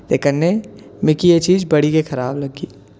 ते कन्नै मिगी एह् चीज बड़ी गै खराब लग्गी